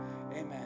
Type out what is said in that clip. Amen